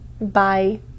Bye